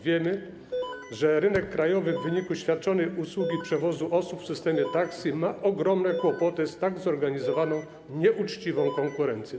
Wiemy, że rynek krajowy w wyniku świadczonej usługi przewozu osób w systemie taxi ma ogromne kłopoty z tak zorganizowaną nieuczciwą konkurencją.